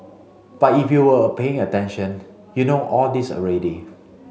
but if you were paying attention you know all this already